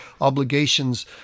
obligations